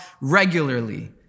regularly